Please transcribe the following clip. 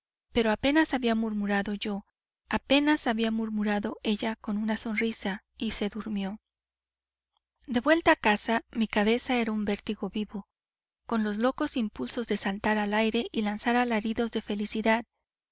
pero apenas había murmurado yo apenas había murmurado ella con una sonrisa y se durmió de vuelta a casa mi cabeza era un vértigo vivo con locos impulsos de saltar al aire y lanzar alaridos de felicidad